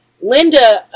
Linda